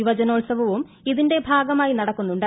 യുവജനോൽസവവും ഇതിന്റെ ഭാഗമായി നടക്കുന്നുണ്ട്